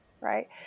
right